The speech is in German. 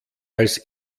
als